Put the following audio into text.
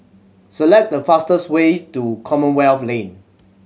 select the fastest way to Commonwealth Lane